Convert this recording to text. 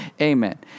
Amen